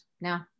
now